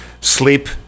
sleep